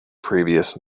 previous